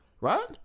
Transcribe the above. Right